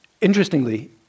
interestingly